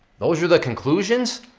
those are the conclusions?